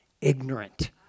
ignorant